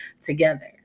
together